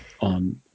on